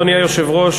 אדוני היושב-ראש,